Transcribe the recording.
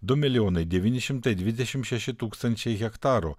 du milijonai devyni šimtai dvidešim šeši tūkstančiai hektarų